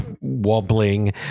wobbling